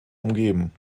umgeben